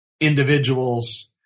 individuals